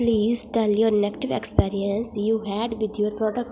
please tell your next experience you had with your product